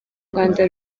rwanda